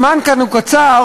הזמן כאן קצר,